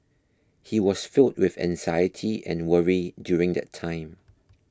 he was filled with anxiety and worry during that time